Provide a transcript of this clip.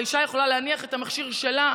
והאישה יכולה להניח את המכשיר שלה,